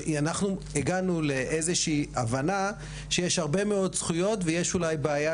הגענו לאיזושהי הבנה שיש הרבה מאוד זכויות ויש אולי בעיה,